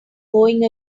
going